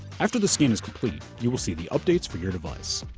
after the scan is complete you will see the updates for your device.